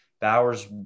Bowers